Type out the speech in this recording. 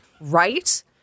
Right